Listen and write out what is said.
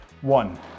one